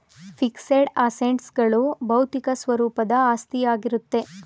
fixed assets ಗಳು ಬೌದ್ಧಿಕ ಸ್ವರೂಪದ ಆಸ್ತಿಯಾಗಿರುತ್ತೆ